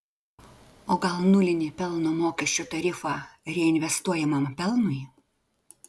o gal nulinį pelno mokesčio tarifą reinvestuojamam pelnui